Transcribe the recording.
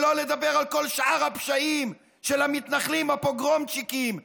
שלא לדבר על כל שאר הפשעים של המתנחלים הפוגרומצ'יקים שיום-יום,